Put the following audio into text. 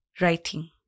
writing